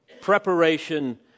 preparation